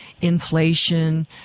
inflation